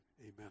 Amen